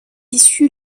issu